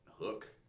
hook